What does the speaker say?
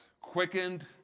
quickened